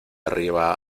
arriba